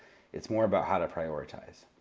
it's more about how to prioritize.